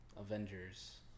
Avengers